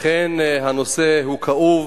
אכן הנושא כאוב,